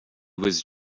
was